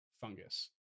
fungus